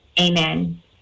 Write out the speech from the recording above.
Amen